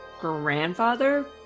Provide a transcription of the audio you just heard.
grandfather